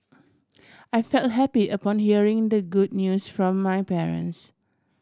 I felt happy upon hearing the good news from my parents